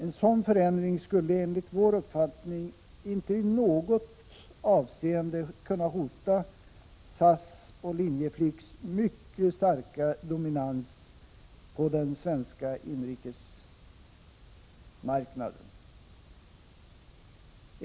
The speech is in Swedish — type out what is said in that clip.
En sådan förändring skulle enligt vår uppfattning inte i något avseende kunna hota SAS och Linjeflygs mycket starka dominans på den svenska inrikesmarknaden.